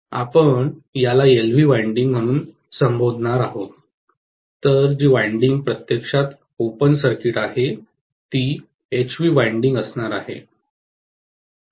आपण याला LV winding म्हणून संबोधणार आहोत तर जी वायंडिंग प्रत्यक्षात ओपन सर्किट आहे ती HV वायंडिंग असणार आहे